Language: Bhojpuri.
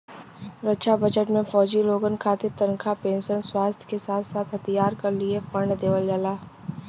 रक्षा बजट में फौजी लोगन खातिर तनखा पेंशन, स्वास्थ के साथ साथ हथियार क लिए फण्ड देवल जाला